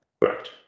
Correct